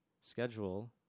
schedule